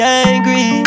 angry